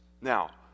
Now